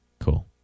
Cool